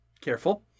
Careful